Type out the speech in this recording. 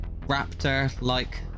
raptor-like